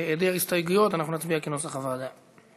בהיעדר הסתייגויות, אנחנו נצביע כנוסח הוועדה.